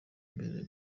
imbere